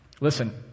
Listen